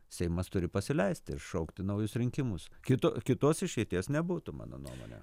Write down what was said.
seimas turi pasileisti ir šaukti naujus rinkimus kito kitos išeities nebūtų mano nuomone